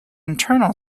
internal